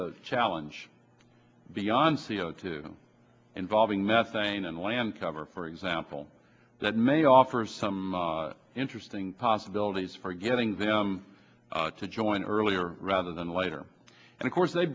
challenge beyond c o two involving methane and land cover for example that may offer some interesting possibilities for getting them to join earlier rather than later and of course they